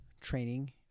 training